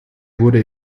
wurde